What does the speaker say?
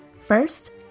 First